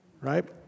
Right